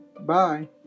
Bye